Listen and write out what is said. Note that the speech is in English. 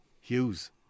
Hughes